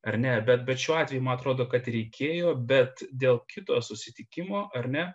ar ne bet bet šiuo atveju ma atrodo kad reikėjo bet dėl kito susitikimo ar ne